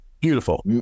Beautiful